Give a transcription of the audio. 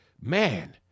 man